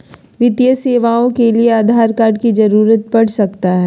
वित्तीय सेवाओं के लिए आधार कार्ड की जरूरत पड़ सकता है?